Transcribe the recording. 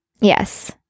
Yes